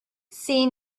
see